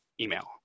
email